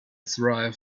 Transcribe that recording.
thrive